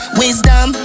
wisdom